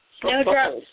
Snowdrop